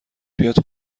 بیاد